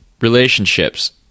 relationships